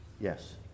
Yes